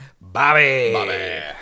Bobby